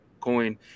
coin